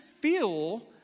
feel